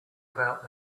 about